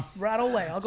ah rattle away, i'll go